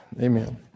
Amen